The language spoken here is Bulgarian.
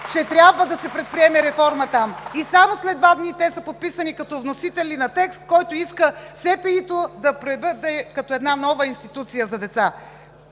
че трябва да се предприеме реформа там? Но само след два дни те са подписани като вносители на текст, който иска СПИ-то да бъде като една нова институция за деца.